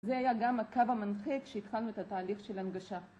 זה היה גם הקו המנחה כשהתחלנו את התהליך של הנגשה.